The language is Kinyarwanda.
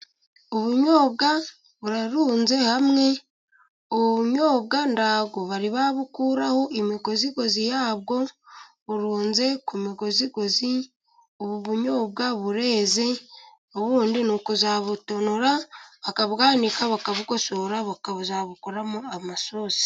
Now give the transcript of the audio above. Ubunyobwa burarunze hamwe, ubunyobwa ntabwo bari babukuraho imigozigozi yabwo, burunze ku migozigozi, ubu bunyobwa bureze, ubundi ni ukuzabutonora bakabwanika, bakabugosora, bakazabukuramo amasosi.